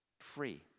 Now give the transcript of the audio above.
free